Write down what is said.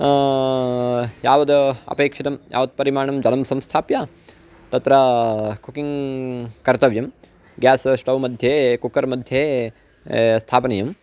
यावदपेक्षितं यावत् परिमाणं जलं संस्थाप्य तत्रा कुकिङ्ग् कर्तव्यं गेस् स्टव् मध्ये कुक्कर् मध्ये स्थापनीयं